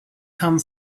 come